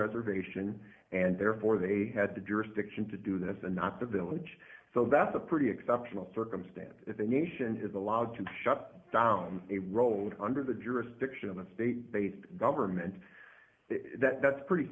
reservation and therefore they had the jurisdiction to do this and not the village so that's a pretty exceptional circumstance if a nation is allowed to shut down a road under the jurisdiction of the state based government that's pretty